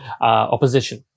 opposition